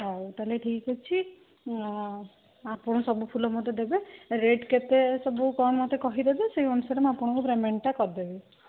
ହଉ ତା'ହେଲେ ଠିକ୍ ଅଛି ଆପଣ ସବୁ ଫୁଲ ମୋତେ ଦେବେ ରେଟ୍ କେତେ ସବୁ କ'ଣ ମୋତେ କହିଦେବେ ସେଇ ଅନୁସାରେ ମୁଁ ଆପଣଙ୍କୁ ପେମେଣ୍ଟଟା କରିଦେବି